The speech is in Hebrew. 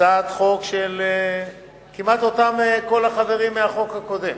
הצעת חוק של כמעט כל אותם חברים מהחוק הקודם,